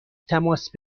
تماس